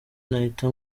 nahita